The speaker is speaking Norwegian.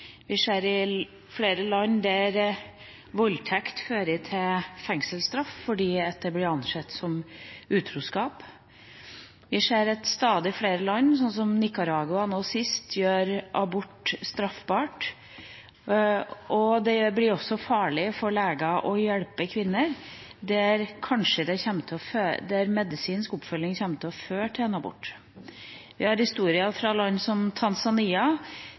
Vi ser flere land der voldtekt fører til fengselsstraff fordi det blir ansett som utroskap. Vi ser at stadig flere land, som Nicaragua nå sist, gjør abort straffbart, og det blir også farlig for leger å hjelpe kvinner der medisinsk oppfølging kanskje kommer til å føre til en abort. Vi har historier fra land som